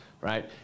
Right